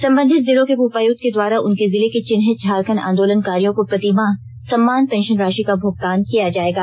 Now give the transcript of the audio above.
संबंधित जिलों के उपायुक्त के द्वारा उनके जिले के चिन्हित झारखंड आंदोलनकारियों को प्रतिमाह सम्मान पेंशन राशि का भुगतान किया जाएगा